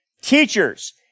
teachers